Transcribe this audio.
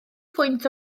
phwynt